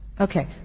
Okay